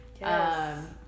Yes